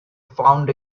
found